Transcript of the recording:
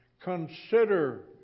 consider